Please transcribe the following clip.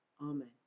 Amen